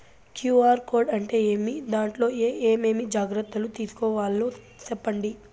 QR code అంటే ఏమి? దాంట్లో ఏ ఏమేమి జాగ్రత్తలు తీసుకోవాలో సెప్పండి?